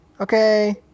okay